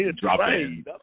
dropping